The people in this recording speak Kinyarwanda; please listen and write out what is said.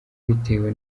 bitewe